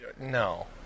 No